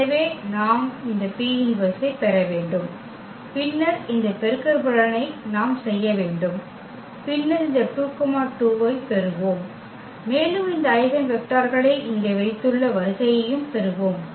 எனவே நாம் இந்த P−1 ஐப் பெற வேண்டும் பின்னர் இந்த பெருக்கற்பலனை நாம் செய்ய வேண்டும் பின்னர் இந்த 2 2 ஐப் பெறுவோம் மேலும் இந்த ஐகென் வெக்டர்களை இங்கே வைத்துள்ள வரிசையையும் பெறுவோம்